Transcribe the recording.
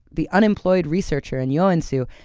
the unemployed researcher in joensuu,